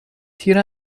تیر